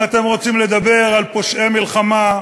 אם אתם רוצים לדבר על פושעי מלחמה,